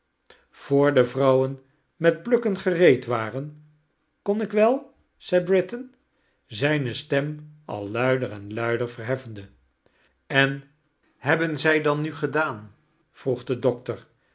voor de vrouwen met het plukken gereed waretn kon ik wel zed britain zijne stem al luider en luider verheffende en hebben zij dan nu gedaati vroeg de doctor